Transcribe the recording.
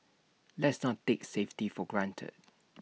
let's not take safety for granted